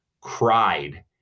cried